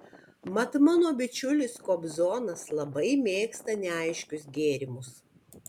mat mano bičiulis kobzonas labai mėgsta neaiškius gėrimus